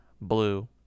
blue